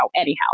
anyhow